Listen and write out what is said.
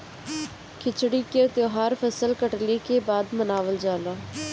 खिचड़ी के तौहार फसल कटले के बाद मनावल जाला